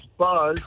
buzz